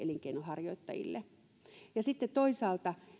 elinkeinonharjoittajille sitten toisaalta